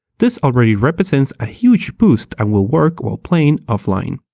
this already represents a huge boost and will work while playing online.